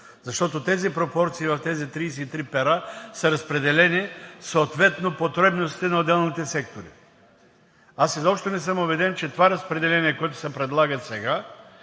защото тези пропорции в тези 33 пера са разпределени съответно потребностите на отделните сектори. Аз изобщо не съм убеден, че това разпределение, което се предлага сега,